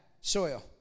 soil